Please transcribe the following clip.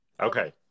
Okay